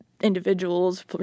individuals